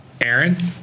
Aaron